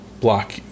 block